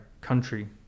country